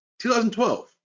2012